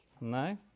No